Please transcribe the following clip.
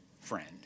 friend